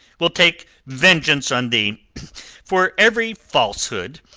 will take vengeance on thee for every falsehood,